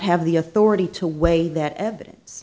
have the authority to weigh that evidence